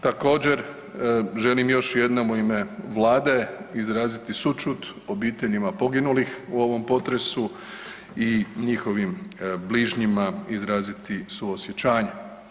Također, želim još jednom u ime Vlade izraziti sućut obiteljima poginulih u ovom potresu i njihovim bližnjima izraziti suosjećanje.